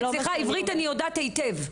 סליחה, עברית אני יודעת היטב.